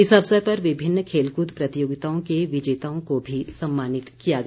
इस अवसर पर विभिन्न खेलकूद प्रतियोगिताओं के विजेताओं को भी सम्मानित किया गया